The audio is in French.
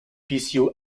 bixiou